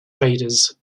traders